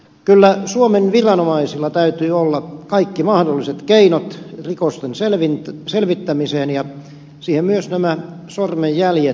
kyllä suomen viranomaisilla täytyy olla kaikki mahdolliset keinot rikosten selvittämiseen ja siihen myös nämä sormenjäljet kuuluvat